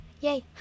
Yay